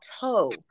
toe